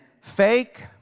fake